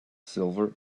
silver